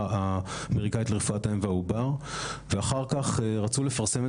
אמריקאית לרפואת האם והעובר ואחר כך רצו לפרסם את